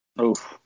Oof